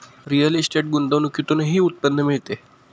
real estate गुंतवणुकीतूनही उत्पन्न मिळते